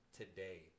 today